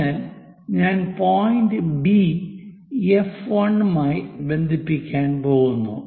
അതിനാൽ ഞാൻ point B F 1 മായി ബന്ധിപ്പിക്കാൻ പോകുന്നു